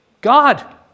God